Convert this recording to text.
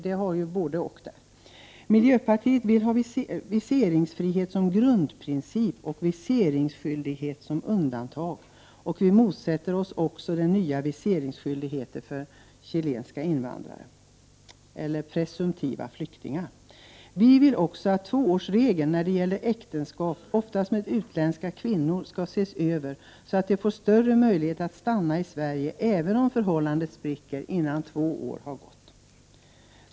Vi i miljöpartiet vill ha viseringsfrihet som grundprincip och viseringsskyldighet som undantag. Vidare motsätter vi oss den nya viseringsskyldigheten för chilenska invandrare eller presumtiva flyktingar. Vi vill också att tvåårsregeln för äktenskap oftast med utländska kvinnor skall ses över i syfte att ge dessa större möjligheter att stanna i Sverige även om förhållandet skulle spricka innan två år har gått.